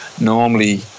normally